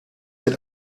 mit